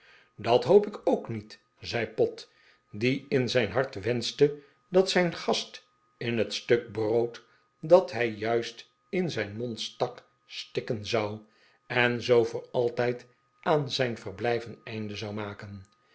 dat hoop ik ook niet zei pott die in zijn hart wenschte dat zijn gast in het stuk brood dat hij juist in zijn mond stak stikken zou en zoo voor altijd aan zijn verblijf een einde zou maken